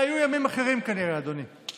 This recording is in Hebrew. אלה היו ימים אחרים כנראה, אדוני.